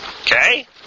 Okay